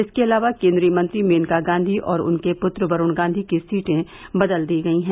इसके अलावा केन्द्रीय मंत्री मेनका गांधी और उनके पुत्र वरूण गांधी की सीटें बदल दी गयी हैं